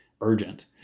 urgent